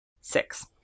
Six